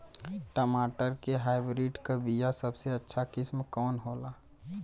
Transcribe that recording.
टमाटर के हाइब्रिड क बीया सबसे अच्छा किस्म कवन होला?